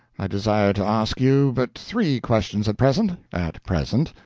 i desire to ask you but three questions at present at present.